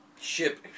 ship